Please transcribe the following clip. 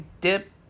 dip